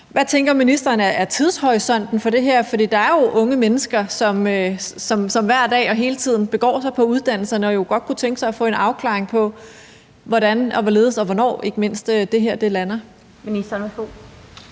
Hvad tænker ministeren er tidshorisonten for det her? Der er jo unge mennesker, som hver dag og hele tiden går på uddannelserne og jo godt kunne tænke sig af at få en afklaring af, hvordan og hvorledes og hvornår ikke mindst det her lander. Kl. 15:00 Den fg.